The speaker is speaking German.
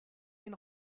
den